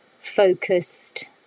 focused